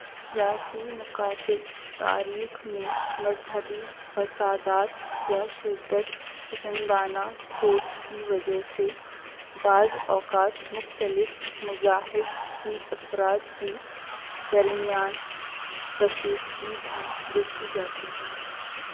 سیاسی مقاصد تاریخ میں مذہبی فسادات یا شدت پسندانہ سوچ کی وجہ سے بعض اوقات مختلف مذاہب کی افراد کی درمیان کشیدگی بھی دیکھی جاتی ہے